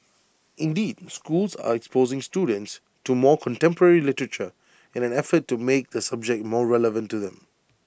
indeed schools are exposing students to more contemporary literature in an effort to make the subject more relevant to them